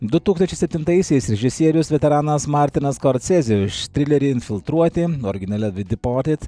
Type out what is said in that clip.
du tūkstančiai septintaisiais režisierius veteranas martinas skorcezė trilerį infiltruoti originale vidi potėt